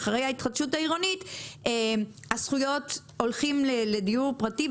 אחרי ההתחדשות העירונית הולכים לדיור פרטי,